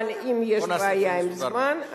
אבל אם יש בעיה עם הזמן,